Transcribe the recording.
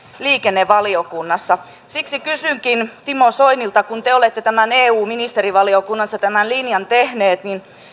liikennevaliokunnassa siksi kysynkin timo soinilta kun te olette eu ministerivaliokunnassa tämän linjan tehneet